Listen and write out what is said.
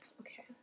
okay